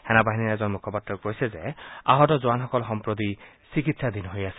সেনা বাহিনীৰ এজন মুখপাত্ৰই কৈছে যে আহত জোৱানসকল সম্প্ৰতি চিকিৎসাধীন হৈ আছে